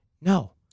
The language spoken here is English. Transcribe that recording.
no